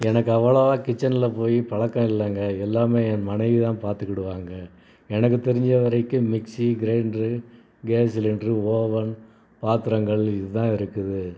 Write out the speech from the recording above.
எனக்கு அவ்வளவா கிச்சன்ல போய் பழக்கம் இல்லைங்க எல்லாமே என் மனைவி தான் பார்த்துக்கிடுவாங்க எனக்கு தெரிஞ்ச வரைக்கும் mixie grinder gas cylinder oven பாத்திரங்கள் இது தான் இருக்குது